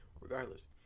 regardless